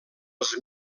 els